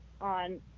on